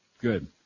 Good